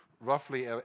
roughly